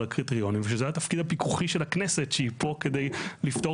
הקריטריונים ושזה התפקיד הפיקוחי של הכנסת שהיא פה כדי לפתור